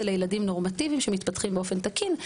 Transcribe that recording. אלא ילדים נורמטיביים שמתפתחים באופן תקין.